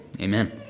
Amen